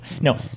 No